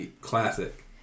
Classic